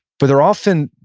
but they're often,